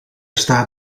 staat